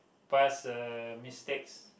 past uh mistakes